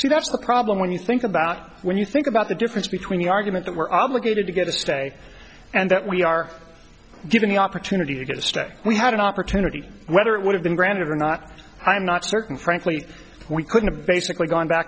so that's the problem when you think about when you think about the difference between the argument that we're obligated to get a stay and that we are given the opportunity to get a stay we had an opportunity whether it would have been granted or not i am not certain frankly we couldn't have basically gone back